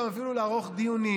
גם אפילו לערוך דיונים,